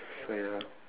so ya